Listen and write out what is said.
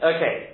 Okay